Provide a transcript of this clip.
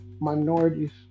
minorities